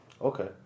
Okay